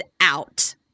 out